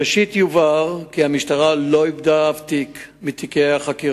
רצוני לשאול: 1. מה ייעשה לתיקון המצב?